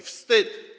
Wstyd!